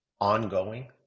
ongoing